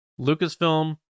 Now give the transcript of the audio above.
Lucasfilm